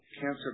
cancer